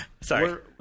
Sorry